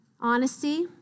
Honesty